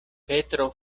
petro